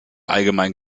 allgemeinen